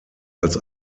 als